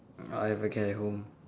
I have a cat at home